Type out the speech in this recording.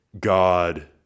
God